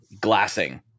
glassing